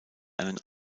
einen